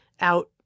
out